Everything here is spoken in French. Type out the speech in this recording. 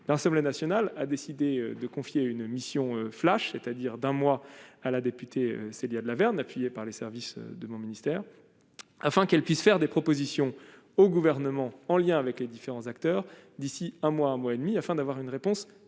l'ensemble national a décidé de confier une mission flash, c'est-à-dire d'un mois à la députée Célia de Lavergne, appuyés par les services de mon ministère afin qu'elle puisse faire des propositions au gouvernement, en lien avec les différents acteurs d'ici un mois, un mois et demi afin d'avoir une réponse rapide,